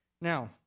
Now